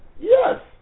Yes